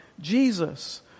Jesus